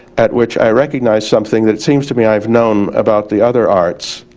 at which i recognized something that seems to me i've known about the other arts